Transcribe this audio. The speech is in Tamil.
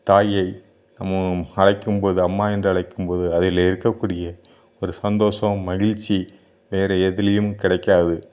தாயை அம்மு அழைக்கும் போது அம்மா என்று அழைக்கும் போது அதில் இருக்கக்கூடிய ஒரு சந்தோஷம் மகிழ்ச்சி வேற எதுலேயும் கிடைக்காது